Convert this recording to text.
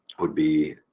would be,